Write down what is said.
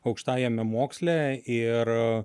aukštajame moksle ir